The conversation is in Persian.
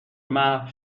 محو